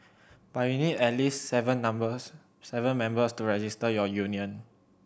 but you need at least seven numbers seven members to register your union